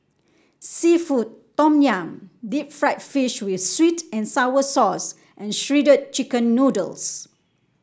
seafood Tom Yum Deep Fried Fish with sweet and sour sauce and Shredded Chicken Noodles